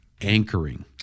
anchoring